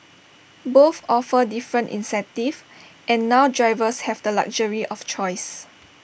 both offer different incentives and now drivers have the luxury of choice